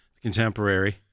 contemporary